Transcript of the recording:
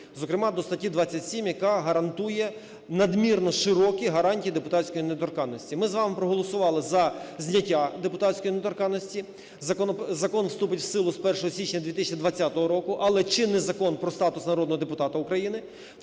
Зокрема, до статті 27, яка гарантує надмірно широкі гарантії депутатської недоторканності. Ми з вами проголосували за зняття депутатської недоторканності. Закон вступить в силу з 1 січня 2020 року, але чинний Закон про статус народного депутата України,